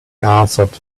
answered